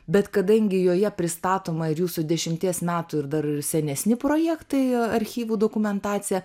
bet kadangi joje pristatoma ir jūsų dešimties metų ir dar senesni projektai archyvų dokumentacija